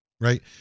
right